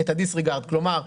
כלומר,